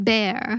Bear